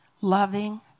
loving